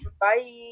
Bye